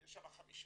יש שם חמישה,